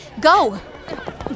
Go